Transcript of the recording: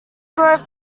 growth